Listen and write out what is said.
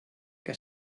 que